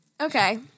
okay